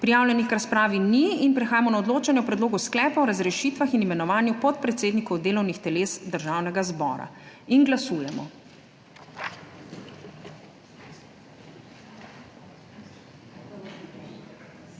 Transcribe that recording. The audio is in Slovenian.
Prijavljenih k razpravi ni in prehajamo na odločanje o Predlogu sklepa o razrešitvah in imenovanju podpredsednikov delovnih teles Državnega zbora. Glasujemo.